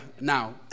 now